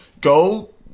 go